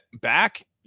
back